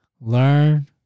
Learn